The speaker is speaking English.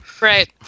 Right